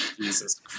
Jesus